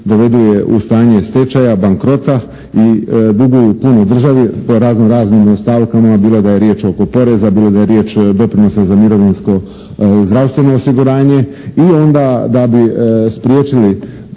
dovedu je u stanje stečaja, bankrota i duguju puno državi po razno raznim stavkama bilo da je riječ oko poreza, bilo da je riječ doprinosa za mirovinsko zdravstveno osiguranje i onda da bi spriječili,